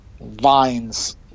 Vine's